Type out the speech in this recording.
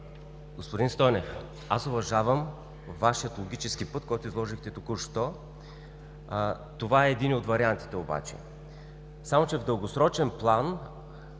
Господин Стойнев, аз уважавам Вашия логически път, който изложихте току-що. Това е единият от вариантите обаче. Само че в дългосрочен план